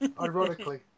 Ironically